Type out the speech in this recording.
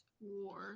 war